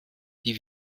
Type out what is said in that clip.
die